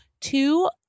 two